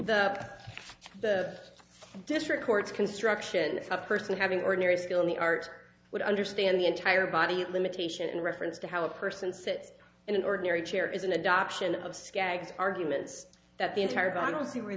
the the district court's construction if a person having ordinary skill in the art would understand the entire body limitation in reference to how a person sits in an ordinary chair is an adoption of skaggs arguments that the entire but i don't see where